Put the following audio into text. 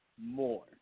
more